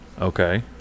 Okay